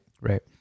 Right